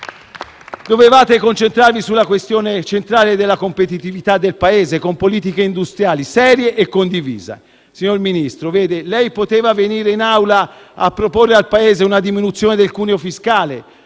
Dovevate concentrarvi sulla questione centrale della competitività del Paese, con politiche industriali serie e condivise. Vede, signor Ministro, lei poteva venire in Aula a proporre al Paese una diminuzione del cuneo fiscale,